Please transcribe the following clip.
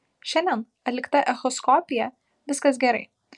šiandien atlikta echoskopija viskas gerai